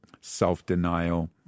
self-denial